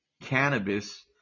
cannabis